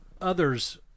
others